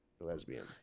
lesbian